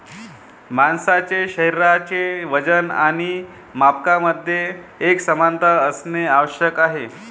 माणसाचे शरीराचे वजन आणि मापांमध्ये एकसमानता असणे आवश्यक आहे